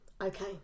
Okay